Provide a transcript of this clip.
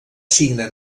signe